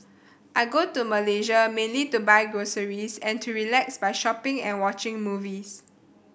I go to Malaysia mainly to buy groceries and to relax by shopping and watching movies